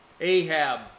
Ahab